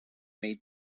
made